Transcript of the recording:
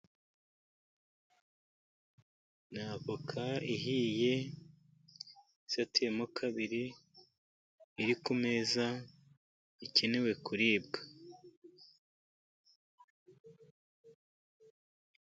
Ni avoka ihiye isatuyemo kabiri ,iri ku meza ikenewe kuribwa.